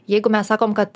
jeigu mes sakom kad